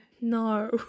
No